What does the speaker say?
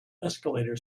escalator